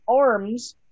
arms